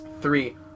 Three